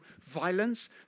violence